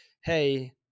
Hey